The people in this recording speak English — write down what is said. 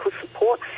support